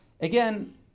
again